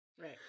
right